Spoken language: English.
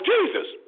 Jesus